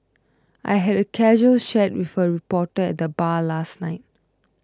I had a casual chat with a reporter at the bar last night